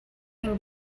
can